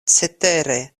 cetere